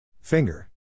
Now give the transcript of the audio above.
Finger